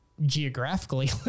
geographically